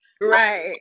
right